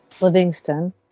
Livingston